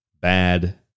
bad